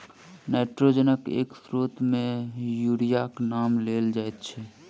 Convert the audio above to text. नाइट्रोजनक एक स्रोत मे यूरियाक नाम लेल जाइत छै